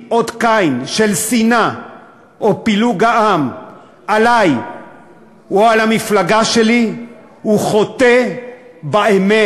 לשים אות קין של שנאה או פילוג העם עלי או על המפלגה שלי חוטא לאמת